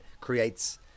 creates